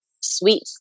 sweet